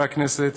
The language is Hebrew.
חברי הכנסת,